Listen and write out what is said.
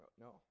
no